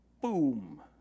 boom